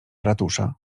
ratusza